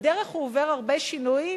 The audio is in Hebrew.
בדרך הוא עובר הרבה שינויים,